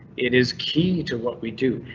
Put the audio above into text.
it is key to what we do.